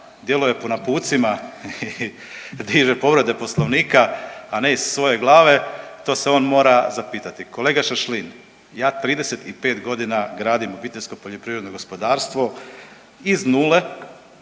djeluje po napucima i diže povrede poslovnika, a ne iz svoje glave to se on mora zapitati. Kolega Šašlin ja 35 godina gradim OPG iz nule, iz nule,